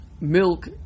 milk